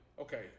okay